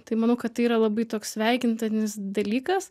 tai manau kad tai yra labai toks sveikintinas dalykas